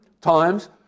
times